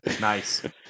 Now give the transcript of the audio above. Nice